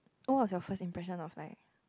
what was your first impression of like